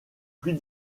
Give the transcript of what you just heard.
plus